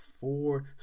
Four